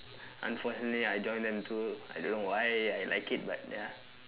unfortunately I joined them too I don't know why I liked it but ya